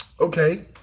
Okay